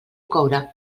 coure